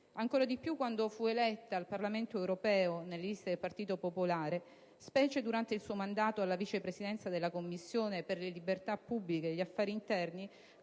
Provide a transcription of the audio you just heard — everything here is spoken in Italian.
Ancora di più quando fu eletta al Parlamento europeo nelle liste del Partito Popolare Italiano, specie durante il suo mandato alla vice Presidenza della Commissione per le libertà pubbliche e gli affari interni,